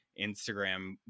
Instagram